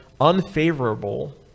unfavorable